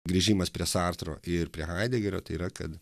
grįžimas prie sartro ir prie haidegerio tai yra kad